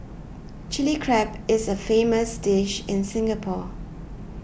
Chilli Crab is a famous dish in Singapore